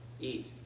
eat